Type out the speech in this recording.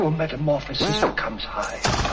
um metamorphosis becomes hyde,